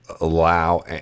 allow